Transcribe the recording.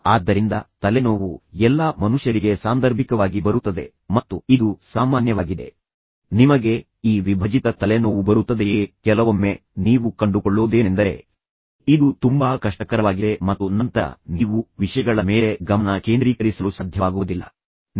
ಆದ್ದರಿಂದ ತಲೆನೋವು ಎಲ್ಲಾ ಮನುಷ್ಯರಿಗೆ ಸಾಂದರ್ಭಿಕವಾಗಿ ಬರುತ್ತದೆ ಮತ್ತು ಇದು ಸಾಮಾನ್ಯವಾಗಿದೆ ಆದರೆ ನಂತರ ನಿಮಗೆ ತಲೆನೋವು ಬರುತ್ತದೆಯೇ ನಿಮಗೆ ಈ ವಿಭಜಿತ ತಲೆನೋವು ಬರುತ್ತದೆಯೇ ಕೆಲವೊಮ್ಮೆ ನೀವು ಕಂಡುಕೊಳ್ಳೋದೇನೆಂದರೆ ಇದು ತುಂಬಾ ಕಷ್ಟಕರವಾಗಿದೆ ಮತ್ತು ನಂತರ ನೀವು ವಿಷಯಗಳ ಮೇಲೆ ಗಮನ ಕೇಂದ್ರೀಕರಿಸಲು ಸಾಧ್ಯವಾಗುವುದಿಲ್ಲ ನಿಮಗೆ ಅರ್ಥವಾಗುತ್ತಿದೆಯೇ